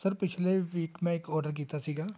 sir ਪਿਛਲੇ week ਮੈਂ ਇੱਕ ਔਡਰ ਕੀਤਾ ਸੀਗਾ